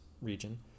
region